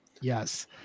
Yes